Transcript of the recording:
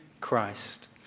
Christ